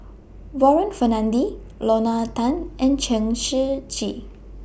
Warren Fernandez Lorna Tan and Chen Shiji